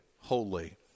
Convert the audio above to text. holy